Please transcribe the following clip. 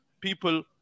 people